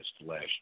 last